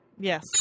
Yes